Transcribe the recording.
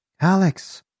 Alex